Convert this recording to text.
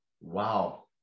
Wow